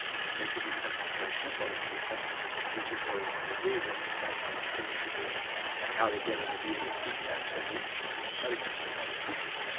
i mean, they could be something very simple. they could be something that the teachers really want to do to understand how their students are doing and how to get an immediate feedback so they can change the pedagogy of how they're teaching.